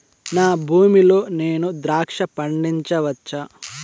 నా భూమి లో నేను ద్రాక్ష పండించవచ్చా?